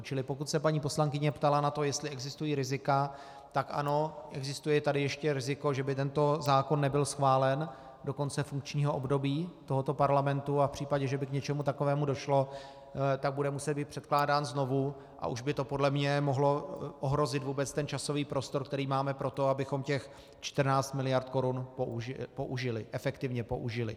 Čili pokud se paní poslankyně ptala na to, jestli existují rizika, tak ano, existuje tady ještě riziko, že by tento zákon nebyl schválen do konce funkčního období tohoto parlamentu, a v případě, že by k něčemu takovému došlo, tak bude muset být předkládán znovu a už by to podle mě mohlo ohrozit vůbec časový prostor, který máme pro to, abychom těch 14 mld. korun efektivně použili.